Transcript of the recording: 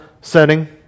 setting